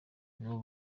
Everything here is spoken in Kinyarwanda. nibo